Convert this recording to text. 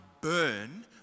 burn